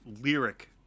lyric